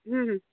ᱦᱮᱸ ᱦᱮᱸ